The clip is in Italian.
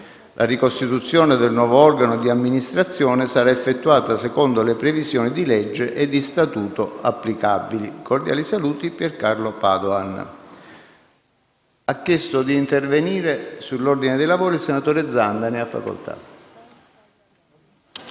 La ricostituzione del nuovo organo di amministrazione sarà effettuata secondo le previsioni di legge e di statuto applicabili. Cordiali saluti, Pier Carlo Padoan».